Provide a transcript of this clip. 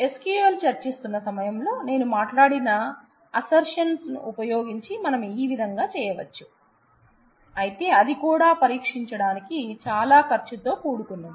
SQL చర్చిస్తున్న సమయంలో నేను మాట్లాడిన అసర్షన్ లను ఉపయోగించి మనం ఆ విధంగా చేయవచ్చు అయితే అది కూడా పరీక్షించడానికి చాలా ఖర్చుతో కూడుకున్నది